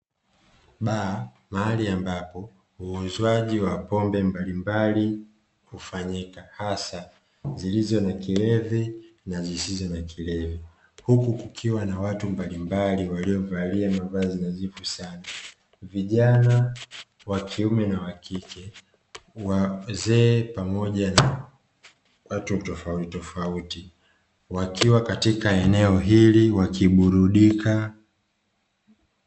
Baa mahali ambapo uuzwaji wa pombe mbalimbali kufanyika hasa zilizo na kilevi na zisizo na kilevi, huku kukiwa na watu mbalimbali waliovalia mavazi nadhifu sana vijana wa kiume na wa kike, wazee pamoja na watu tofautitofauti wakiwa katika eneo hili wakiburudika.